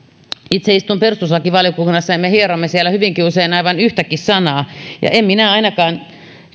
itse istun perustuslakivaliokunnassa ja me hieromme siellä hyvinkin usein aivan yhtäkin sanaa ja en minä ainakaan